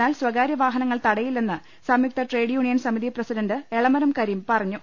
എന്നാൽ സ്വകാര്യ വാഹനങ്ങൾ തടയില്ലെന്ന് സംയുക്ത ട്രേഡ് യൂണിയൻ സമിതി പ്രസിഡന്റ് എളമരം കരീം പറഞ്ഞു